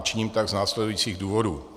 Činím tak z následujících důvodů.